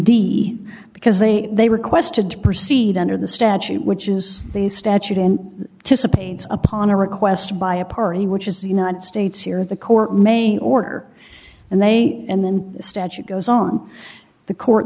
d because they they requested to proceed under the statute which is the statute and to subpoena upon a request by a party which is the united states here the court may order and they and then the statute goes on the court